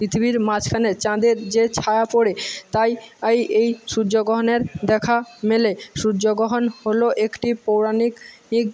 পৃথিবীর মাঝখানে চাঁদের যে ছায়া পড়ে তাই তাই এই সূয্যগ্রহণের দেখা মেলে সূর্যগ্রহণ হল একটি পৌরাণিক নিক